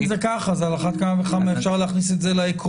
אם זה ככה אז על אחת כמה וכמה אפשר להכניס את זה לעקרונות.